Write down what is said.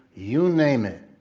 you name it,